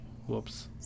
Whoops